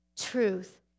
Truth